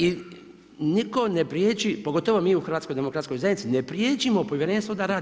I nitko ne priječi, pogotovo mi u HDZ-u, ne priječimo Povjerenstvo da radi.